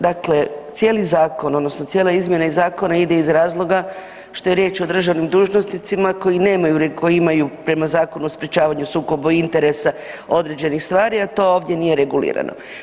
Dakle, cijeli zakon odnosno cijela izmjena iz zakona ide iz razloga što je riječ o državnim dužnosnicima koji imaju prema Zakonu o sprečavanju sukoba interesa određenih stvari, a to ovdje nije regulirano.